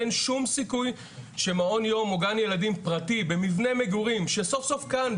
אין שום סיכוי שמעון יום או גן ילדים פרטי במבנה מגורים שסוף-סוף כאן,